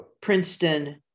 Princeton